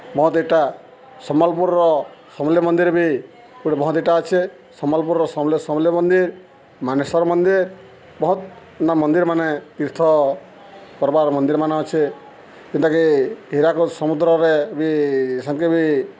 ବହୁତ୍ ଇଟା ସମ୍ବଲ୍ପୁର୍ର ସମଲେଇ ମନ୍ଦିର୍ ବି ଗୁଟେ ବହୁତ୍ ଇଟା ଅଛେ ସମ୍ବଲ୍ପୁର୍ର ସମଲେଇ ସମଲେଇ ମନ୍ଦିର୍ ମାନେଶ୍ୱର୍ ମନ୍ଦିର୍ ବହୁତ୍ ଏନ୍ତା ମନ୍ଦିର୍ମାନେ ତୀର୍ଥ କର୍ବାର ମନ୍ଦିର୍ମାନେ ଅଛେ ଯେନ୍ଟାକି ହୀରାକୁଦ୍ ସମୁଦ୍ରରେ ବି ସେନ୍କେ ବି